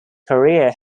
career